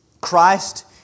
Christ